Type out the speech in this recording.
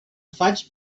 faig